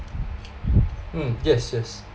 mm yes yes